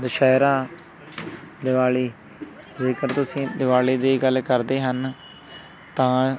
ਦੁਸਹਿਰਾ ਦੀਵਾਲੀ ਜੇਕਰ ਤੁਸੀਂ ਦੀਵਾਲੀ ਦੀ ਗੱਲ ਕਰਦੇ ਹਨ ਤਾਂ